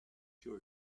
too